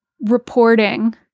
reporting